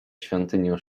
świątynię